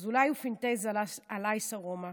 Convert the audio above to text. אז אולי הוא פנטז על אייס ארומה,